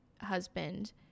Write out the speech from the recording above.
husband